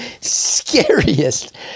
scariest